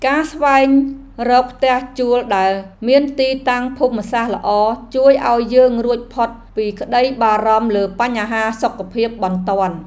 ការស្វែងរកផ្ទះជួលដែលមានទីតាំងភូមិសាស្ត្រល្អជួយឱ្យយើងរួចផុតពីក្តីបារម្ភលើបញ្ហាសុខភាពបន្ទាន់។